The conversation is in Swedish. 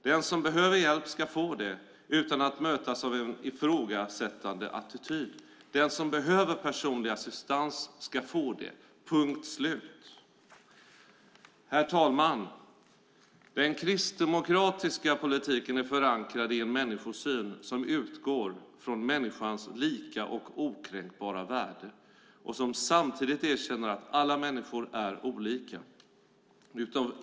Den som behöver hjälp ska få det, utan att mötas av en ifrågasättande attityd. Den som behöver personlig assistans ska få det. Punkt slut! Herr talman! Den kristdemokratiska politiken är förankrad i en människosyn som utgår från människans lika och okränkbara värde och som samtidigt erkänner att alla människor är olika.